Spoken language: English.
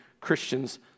Christians